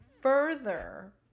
further